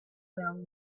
well